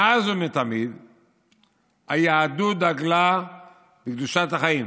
מאז ומתמיד היהדות דגלה בקדושת החיים.